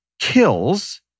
kills